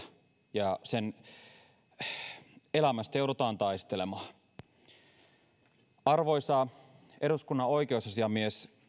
ja elämästä joudutaan taistelemaan arvoisa eduskunnan oikeusasiamies